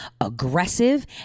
aggressive